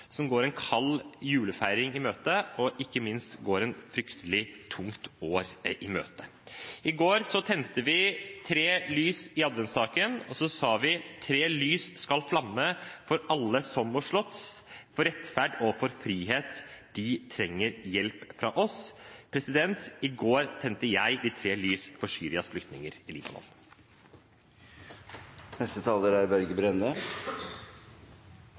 som går en kald julefeiring, men ikke minst et fryktelig tungt år i møte. I går tente vi tre lys i adventsstaken, og så sa vi: «Tre lys skal flamme for alle som må slåss. For rettferd og for frihet. De trenger hjelp fra oss.» I går tente jeg tre lys for Syrias flyktninger i